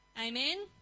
Amen